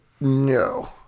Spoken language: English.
no